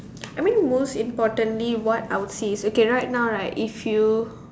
I mean most importantly what I will say is okay right now right if you